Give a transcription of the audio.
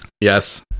Yes